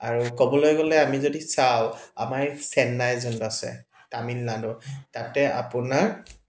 আৰু ক'বলৈ গ'লে আমি যদি চাওঁ আমাৰ এই চেন্নাই য'ত আছে তামিলনাডু তাতে আপোনাৰ